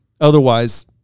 Otherwise